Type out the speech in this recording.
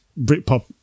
Britpop